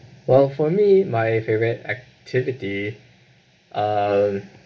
well for me my favourite activity uh